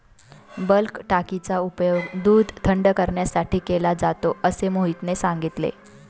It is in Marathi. बल्क टाकीचा उपयोग दूध थंड करण्यासाठी केला जातो असे मोहितने सांगितले